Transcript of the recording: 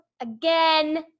again